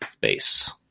base